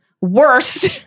worst